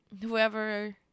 whoever